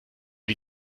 die